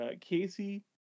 Casey